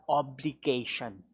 obligation